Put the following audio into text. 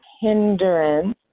hindrance